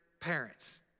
parents